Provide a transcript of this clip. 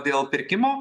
dėl pirkimų